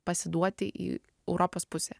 pasiduoti į europos pusę